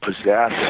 possess